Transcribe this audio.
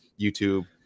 YouTube